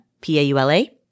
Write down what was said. P-A-U-L-A